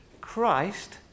Christ